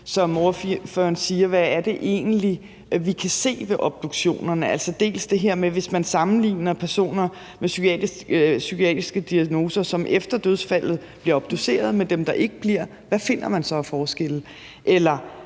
som ordføreren siger, altså hvad det egentlig er, vi kan se ved obduktionerne, f.eks. det her med, hvad man finder af forskelle, hvis man sammenligner personer med psykiatriske diagnoser, som efter dødsfaldet bliver obduceret, med dem, der ikke bliver det. Eller bliver færre eller